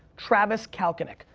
travis kalanick,